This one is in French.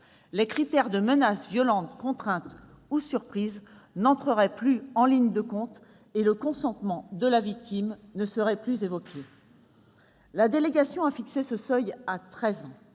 Les critères de menace, violence, contrainte ou surprise n'entreraient plus en ligne de compte, et le consentement de la victime ne serait plus évoqué. La délégation a fixé ce seuil à treize